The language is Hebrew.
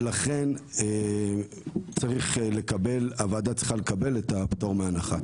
ולכן הוועדה צריכה לקבל את הפטור מהנחה.